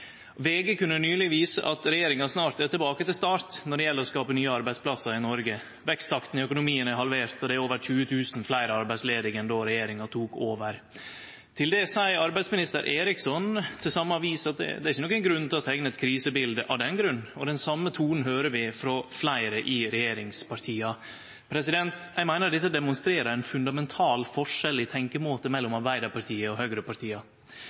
kunne nyleg vise at regjeringa snart er tilbake til start når det gjeld å skape nye arbeidsplassar i Noreg. Veksttakten i økonomien er halvert, og det er over 20 000 fleire arbeidsledige enn då regjeringa tok over. Til det seier arbeidsminister Eriksson til same avis at det er ikkje nokon grunn til å teikne eit krisebilde av den grunn, og den same tonen høyrer vi frå fleire i regjeringspartia. Eg meiner dette demonstrerer ein fundamental forskjell i tenkjemåte mellom Arbeidarpartiet og høgrepartia.